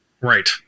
Right